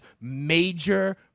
major